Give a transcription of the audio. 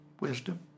wisdom